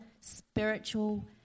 spiritual